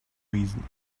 reason